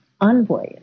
envoy